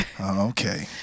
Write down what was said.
Okay